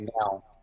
now